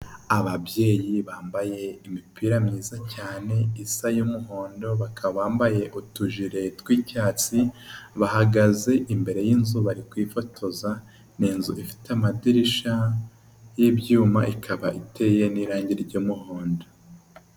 Ababyeyi bambaye imipira myiza cyane isa y'umuhondo, bakaba bambaye utujire tw'icyatsi bahagaze imbere y'inzu bari kwifotoza, ni inzu ifite amadirishya y'ibyuma ikaba iteye n'irangi ry'umuhondo.